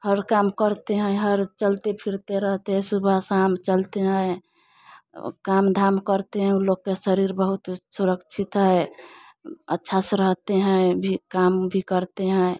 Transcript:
हर काम करते हैं हर चलते फिरते रहते हैं सुबह शाम चलते हैं काम धाम करते हैं ऊ लोग के शरीर बहुत सुरक्षित है अच्छा से रहते हैं भी काम भी करते हैं